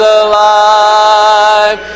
alive